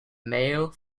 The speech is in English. male